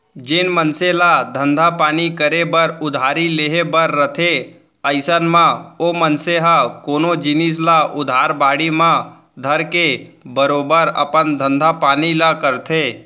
जेन मनसे ल धंधा पानी करे बर उधारी लेहे बर रथे अइसन म ओ मनसे ह कोनो जिनिस ल उधार बाड़ी म धरके बरोबर अपन धंधा पानी ल करथे